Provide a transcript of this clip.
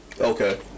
okay